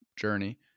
journey